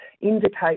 indicate